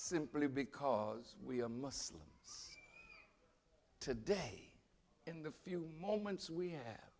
simply because we are muslim today in the few moments we have